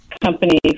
company